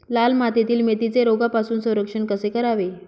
लाल मातीतील मेथीचे रोगापासून संरक्षण कसे करावे?